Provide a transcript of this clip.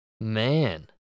Man